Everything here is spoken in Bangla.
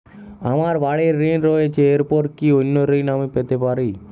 আমার বাড়ীর ঋণ রয়েছে এরপর কি অন্য ঋণ আমি পেতে পারি?